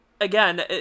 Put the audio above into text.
again